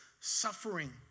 suffering